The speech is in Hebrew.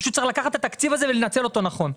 פשוט צריך לקחת את התקציב הזה ולנצל אותו נכון.